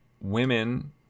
women